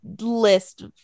list